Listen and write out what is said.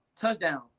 touchdown